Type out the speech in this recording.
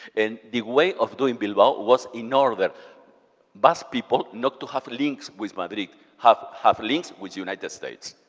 and the way of doing bilbao was ignore the bus people not to have links with madrid. have have links with united states.